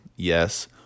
yes